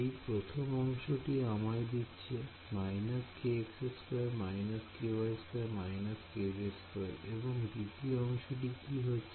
এই প্রথম অংশটি আমায় দিচ্ছে এবং দ্বিতীয় অংশটির কি হচ্ছে